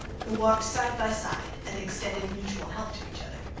who walked side by side and extended mutual help to each other.